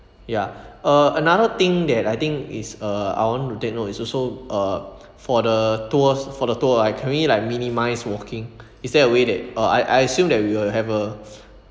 ya uh another thing that I think is uh I want to take note is also uh for the tours for the tour ah can we like minimise walking is there a way that uh I I assume that we will have a